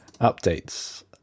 Updates